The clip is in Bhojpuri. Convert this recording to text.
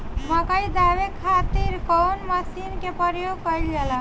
मकई दावे खातीर कउन मसीन के प्रयोग कईल जाला?